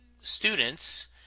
students